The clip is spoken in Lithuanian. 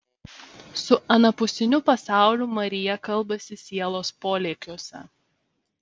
su anapusiniu pasauliu marija kalbasi sielos polėkiuose